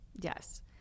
Yes